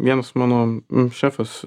vienas mano šefas